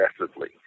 aggressively